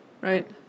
Right